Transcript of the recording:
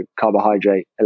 carbohydrate